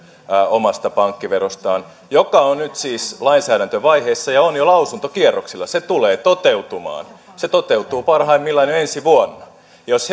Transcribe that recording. omasta pankkiverostaan joka on nyt siis lainsäädäntövaiheessa ja on jo lausuntokierroksilla se tulee toteutumaan se toteutuu parhaimmillaan jo ensi vuonna jos